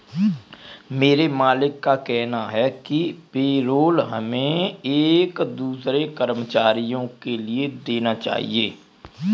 मेरे मालिक का कहना है कि पेरोल हमें एक दूसरे कर्मचारियों के लिए देना चाहिए